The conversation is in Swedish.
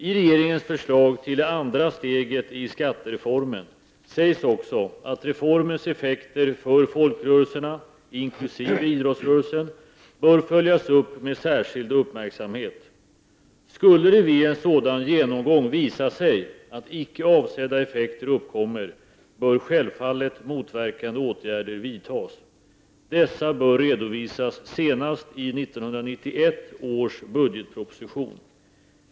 I regeringens förslag till det andra steget i skattereformen sägs det också att reformens effekter för folkrörelserna inkl. idrottsrörelsen bör följas upp med särskild uppmärksamhet. Skulle det vid en sådan genomgång visa sig att icke avsedda effekter uppkommer, bör självfallet motverkande åtgärder vidtas. Dessa bör redovisas senast i 1991 års budgetproposition.